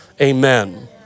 amen